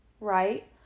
right